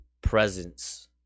presence